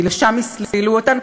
כי לשם הסלילו אותן.